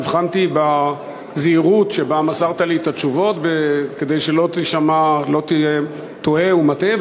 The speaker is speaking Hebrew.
הבחנתי בזהירות שבה מסרת לי את התשובות כדי שלא תהיה טועה ומטעה,